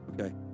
Okay